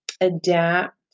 adapt